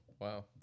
Wow